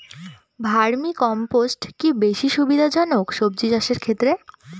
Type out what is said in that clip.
Vermi compost কি বেশী সুবিধা জনক সবজি চাষের ক্ষেত্রে?